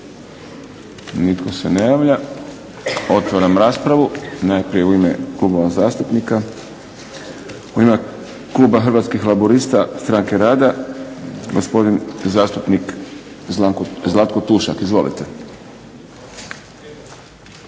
Nitko se ne javlja. Otvaram raspravu. Najprije u ime klubova zastupnika. U ime kluba Laburista – stranke rada gospodin zastupnik Zlatko Tušak. Izvolite.